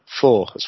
Four